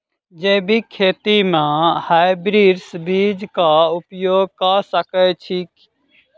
जैविक खेती म हायब्रिडस बीज कऽ उपयोग कऽ सकैय छी?